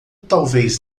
talvez